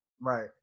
Right